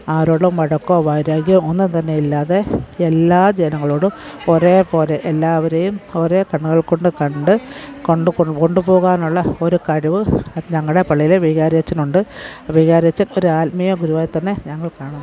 ആരോടും വഴക്കോ വൈരാഗ്യോ ഒന്നും തന്നെയില്ലാതെ എല്ലാ ജനങ്ങളോടും ഒരേ പോലെ എല്ലാവരെയും ഒരേ കണ്ണുകൾകൊണ്ട് കണ്ട് കൊണ്ട് കൊണ്ടുപോകാനുള്ള ഒരു കഴിവ് ഞങ്ങളുടെ പള്ളിയിലെ വികാരിയച്ചനുണ്ട് വികാരിയച്ചൻ ഒരു ആത്മീയ ഗുരുവായി തന്നെ ഞങ്ങൾ കാണുന്നു